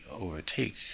overtake